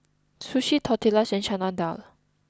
sushi tortillas and Chana Dal